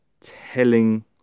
telling